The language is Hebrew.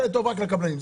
זה טוב רק לקבלנים,